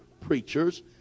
preachers